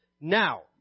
Now